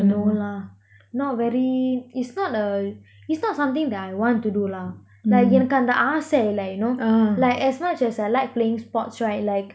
no lah not very it's not a it's not something that I want to do lah now like என்னக்கு அந்த ஆச இல்ல:ennaku antha aasa illa you know like as much as I like playing sports right like